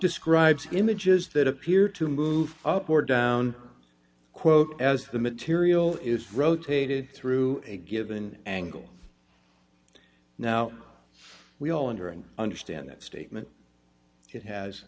describes images that appear to move up or down quote as the material is rotated through a given angle now we all wonder and understand that statement it has